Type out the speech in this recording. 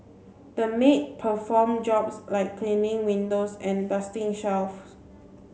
the maid performed jobs like cleaning windows and dusting shelves